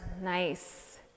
nice